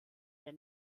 der